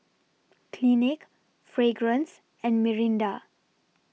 Clinique Fragrance and Mirinda